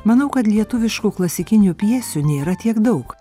manau kad lietuviškų klasikinių pjesių nėra tiek daug